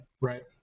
Right